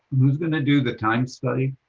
who is going to do the time study?